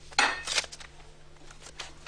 13:08.